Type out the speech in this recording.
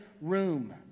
room